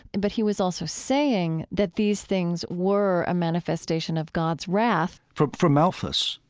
but he was also saying that these things were a manifestation of god's wrath for for malthus,